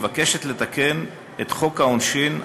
מבקשת לתקן את חוק העונשין,